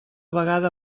vegada